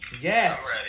Yes